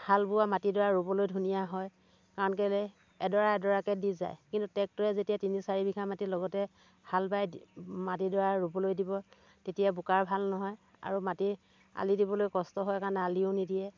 হাল বোৱা মাটিডৰা ৰুবলৈ ধুনীয়া হয় কাৰণ কেলে এডৰা এডৰাকে দি যায় কিন্তু ট্ৰেক্টৰে যেতিয়া তিনি চাৰি বিঘা মাটি লগতে হাল বাই মাটিডৰা ৰুবলৈ দিব তেতিয়া বোকাৰ ভাল নহয় আৰু মাটি আলি দিবলৈ কষ্ট হয় কাৰণে আলিও নিদিয়ে